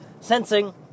sensing